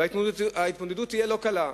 וההתמודדות תהיה לא קלה.